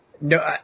No